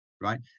right